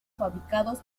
fabricados